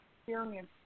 experience